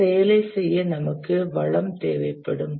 ஒரு செயலைச் செய்ய நமக்கு வளம் தேவைபடும்